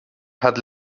hat